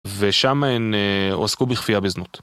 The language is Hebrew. ושמה הן אה... הועסקו בכפייה בזנות.